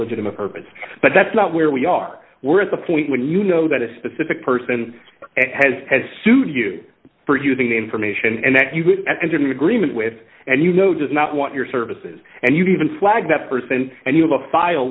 legitimate purpose but that's not where we are we're at the point when you know that a specific person has sued you for using the information and that you didn't agreement with and you know does not want your services and you even flag that person and you have a file